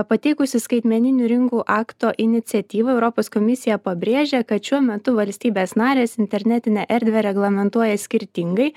pateikusi skaitmeninių rinkų akto iniciatyvą europos komisija pabrėžia kad šiuo metu valstybės narės internetinę erdvę reglamentuoja skirtingai